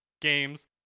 games